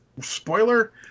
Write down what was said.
Spoiler